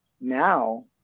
now